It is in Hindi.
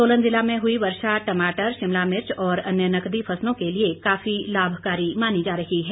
सोलन जिला में हुई वर्षा टमाटर शिमला मिर्च और अन्य नकदी फसलों के लिए काफी लाभकारी मानी जा रही है